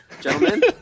Gentlemen